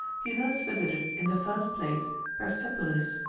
he thus visited in the first place persepolis,